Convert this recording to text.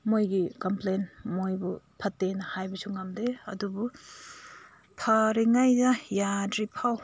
ꯃꯣꯏꯒꯤ ꯀꯝꯄ꯭ꯂꯦꯟ ꯃꯣꯏꯕꯨ ꯐꯠꯇꯦꯅ ꯍꯥꯏꯕꯁꯨ ꯉꯝꯗꯦ ꯑꯗꯨꯕꯨ ꯐꯔꯤꯉꯩꯗ ꯌꯥꯗ꯭ꯔꯤꯐꯥꯎ